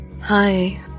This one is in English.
Hi